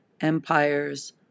empires